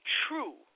true